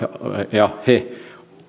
ja he